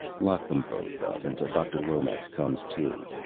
lock them both up, until dr. lomax comes to,